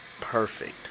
Perfect